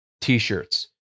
t-shirts